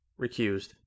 recused